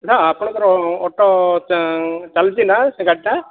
ନା ଆପଣଙ୍କର ଅଟୋ ଚାଲିଛିନା ସେ ଗାଡ଼ି ଟା